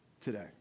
today